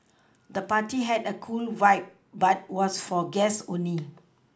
the party had a cool vibe but was for guests only